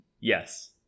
Yes